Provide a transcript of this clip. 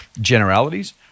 generalities